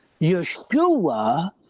Yeshua